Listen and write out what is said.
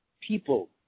people